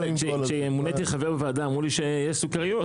כשנהייתי חבר בוועדה אמרו לי שיש סוכריות,